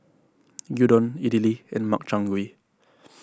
Gyudon Idili and Makchang Gui